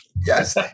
Yes